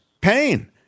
pain